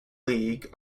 league